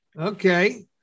Okay